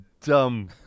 dumb